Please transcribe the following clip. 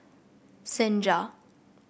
Senja